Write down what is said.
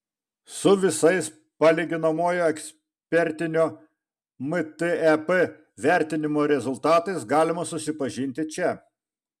su visais palyginamojo ekspertinio mtep vertinimo rezultatais galima susipažinti čia